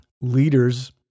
Leaders